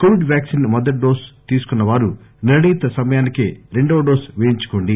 Covid vaccine మొదటి dose తీసుకున్న వారు నిర్దీత సమయానికే రెండవ డోసు వేయించుకోండి